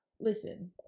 listen